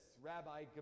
Rabbi